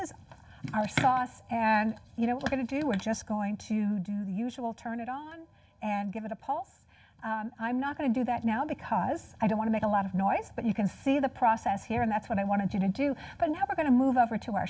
is our sauce and you know we're going to do we're just going to do the usual turn it on and give it a poll i'm not going to do that now because i don't want to make a lot of noise but you can see the process here and that's what i wanted to do but now we're going to move over to